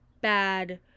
bad